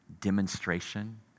demonstration